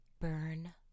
burn